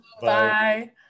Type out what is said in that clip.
Bye